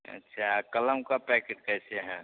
अच्छा क़मल का पैकेट कैसे हैं